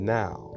now